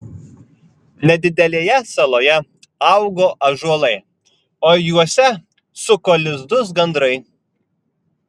nedidelėje saloje augo ąžuolai o juose suko lizdus gandrai